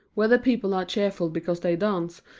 whether people are cheerful because they dance,